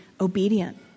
obedient